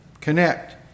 connect